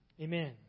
amen